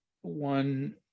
one